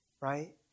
right